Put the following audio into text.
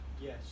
Yes